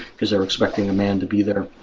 because they are expecting a man to be there.